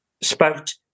spout